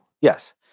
yes